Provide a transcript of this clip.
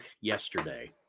yesterday